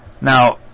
Now